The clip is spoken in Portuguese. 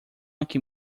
aqui